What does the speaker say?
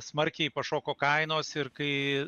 smarkiai pašoko kainos ir kai